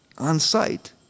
on-site